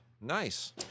Nice